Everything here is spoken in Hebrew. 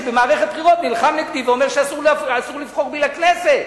שבמערכות בחירות נלחם נגדי ואומר שאסור לבחור בי לכנסת